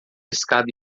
escada